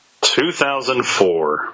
2004